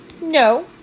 No